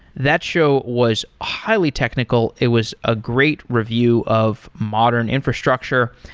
that show was highly technical. it was a great review of modern infrastructure.